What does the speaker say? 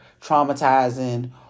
traumatizing